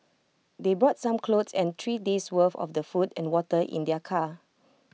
they brought some clothes and three days' worth of the food and water in their car